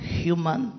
human